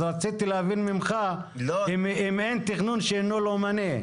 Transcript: רציתי להבין ממך אם אין תכנון שאינו לאומני.